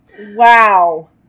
Wow